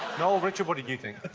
noel, richard, what did you think?